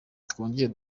twongere